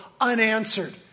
unanswered